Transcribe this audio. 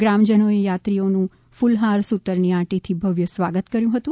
ગ્રામજનોએ યાત્રીઓનું ફલહાર સૂતરની આંટીથી ભવ્ય સ્વાગત કર્યું હતું